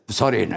sorry